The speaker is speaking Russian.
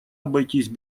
обойтись